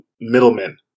middlemen